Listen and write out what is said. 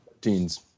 Teens